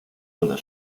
unser